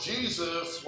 Jesus